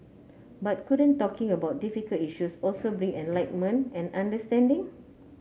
but couldn't talking about difficult issues also bring enlightenment and understanding